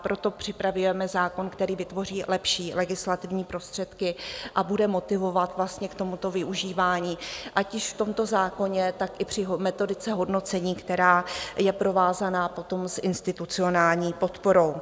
Proto připravujeme zákon, který vytvoří lepší legislativní prostředky a bude motivovat k tomuto využívání, ať již v tomto zákoně, tak i při metodice hodnocení, která je provázaná potom s institucionální podporou.